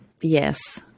Yes